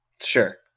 Sure